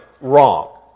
wrong